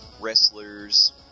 wrestlers